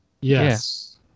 Yes